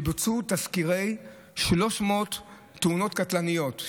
זה שבוצעו תסקירי 300 תאונות קטלניות.